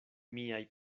miaj